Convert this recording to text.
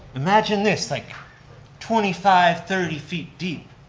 imagine this, like twenty five, thirty feet deep,